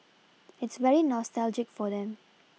it's very nostalgic for them